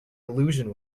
illusion